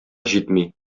җитми